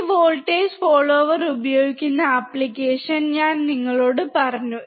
ഈ voltage follower ഉപയോഗിക്കുന്ന application ഞാൻ നിങ്ങളോട് പറഞ്ഞു